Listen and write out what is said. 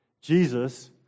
Jesus